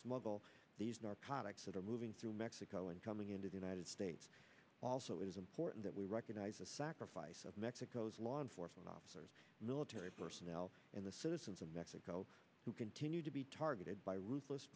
smuggle narcotics that are moving through mexico and coming into the united states also it is important that we recognize the sacrifice of mexico's law enforcement officers military personnel and the citizens of mexico who continue to be targeted by ruthless